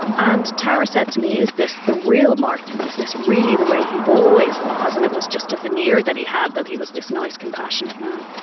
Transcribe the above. and tara said to me is this the real martin, is this really the way he always was and it was just a veneer that he had that he was this nice compassionate man?